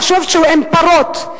לחשוב שהם פרות,